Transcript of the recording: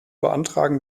beantragen